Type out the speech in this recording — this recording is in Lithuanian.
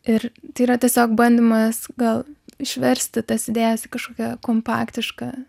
ir tai yra tiesiog bandymas gal išversti tas idėjas į kažkokią kompaktišką